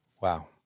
Wow